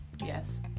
yes